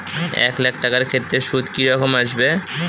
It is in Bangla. এক লাখ টাকার ক্ষেত্রে সুদ কি রকম আসবে?